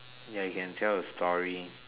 ya you can tell a story